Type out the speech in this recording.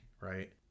right